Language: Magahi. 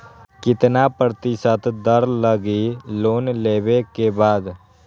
कितना प्रतिशत दर लगी लोन लेबे के बाद?